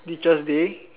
teacher's day